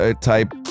type